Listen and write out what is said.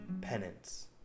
penance